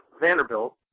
Vanderbilt